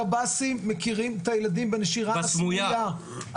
הקבסי"ם מכירים את הילדים בנשירה הסמויה.